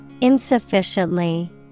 Insufficiently